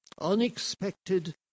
unexpected